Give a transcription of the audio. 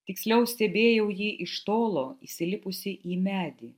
tiksliau stebėjau jį iš tolo įsilipusį į medį